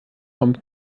vom